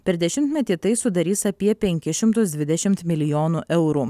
per dešimtmetį tai sudarys apie penkis šimtus dvidešimt milijonų eurų